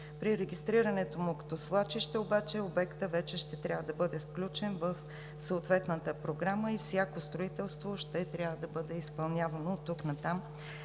При регистрирането му като свлачище обаче обектът вече ще трябва да бъде включен в съответната програма и всяко строителство ще трябва да бъде изпълнявано от тук натам,